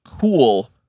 cool